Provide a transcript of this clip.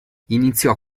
iniziò